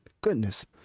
Goodness